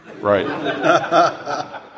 right